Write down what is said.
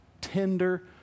tender